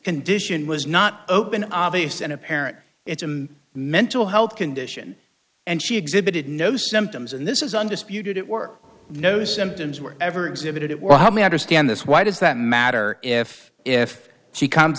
condition was not open obvious and apparent it's a mental health condition and she exhibited no symptoms and this is undisputed at work knows symptoms were ever exhibited it were how many understand this why does that matter if if she comes